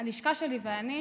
הלשכה שלי ואני,